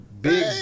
big